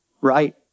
right